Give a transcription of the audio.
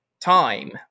time